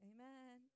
Amen